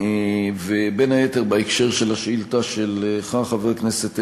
בין היתר, בקשר לשאילתה של חבר הכנסת מקלב,